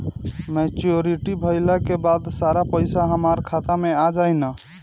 Maturity भईला के बाद सारा पईसा हमार खाता मे आ जाई न?